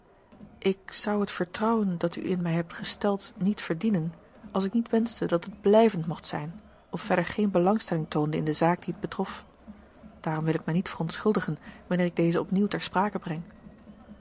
ik zou het vertrouwen dat u in mij hebt gesteld niet verdienen als ik niet wenschte dat het blijvend mocht zijn of verder geen belangstelling toonde in de zaak die het betrof daarom wil ik mij niet verontschuldigen wanneer ik deze opnieuw ter sprake breng